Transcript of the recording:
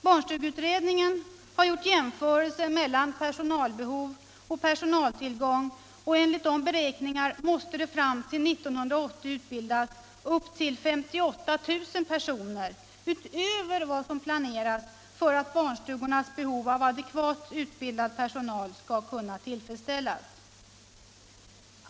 Barnstugeutredningen har gjort jämförelser mellan personalbehov och personaltillgång, och enligt de beräkningarna måste det fram till 1980 utbildas upp till 58 000 personer utöver vad som planerats för att barnstugornas behov av adekvat utbildad personal skall kunna tillfredsställas.